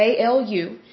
ALU